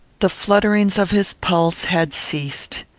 the flutterings of his pulse had ceased.